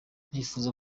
nifuza